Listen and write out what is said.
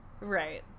Right